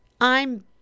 I'm